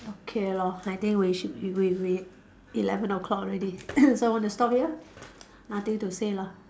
okay lor I think we should we we eleven O-clock already so want to stop here nothing to say lah